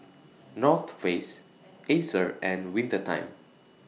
North Face Acer and Winter Time